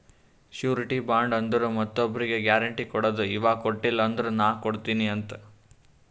surety bond ಅಂದುರ್ ಮತ್ತೊಬ್ರಿಗ್ guarantee ಕೊಡದು ಇವಾ ಕೊಟ್ಟಿಲ ಅಂದುರ್ ನಾ ಕೊಡ್ತೀನಿ ಅಂತ್